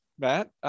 Matt